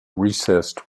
recessed